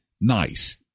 Nice